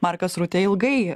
markas rutė ilgai